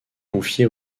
confier